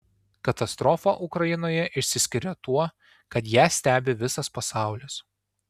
katastrofa ukrainoje išsiskiria tuo kad ją stebi visas pasaulis